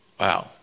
Wow